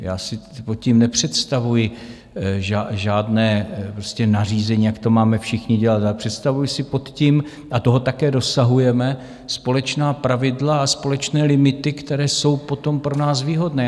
Já si pod tím nepředstavuji žádné prostě nařízení, jak to máme všichni dělat, ale představuju si pod tím a toho také dosahujeme společná pravidla a společné limity, které jsou potom pro nás výhodné.